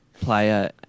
Playa